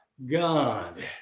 God